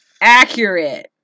Accurate